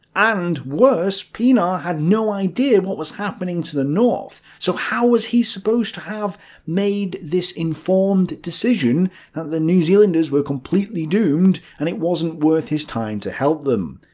and worse, pienaar had no idea what was happening to the north, so how was he supposed to have made this informed decision that the new zealanders were completely doomed and it wasn't worth his time to help them?